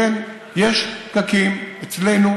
כן, יש פקקים אצלנו,